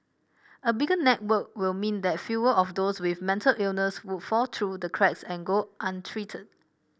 a bigger network will mean that fewer of those with mental illness would fall through the cracks and go untreated